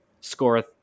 score